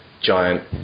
giant